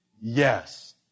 Yes